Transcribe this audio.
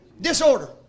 disorder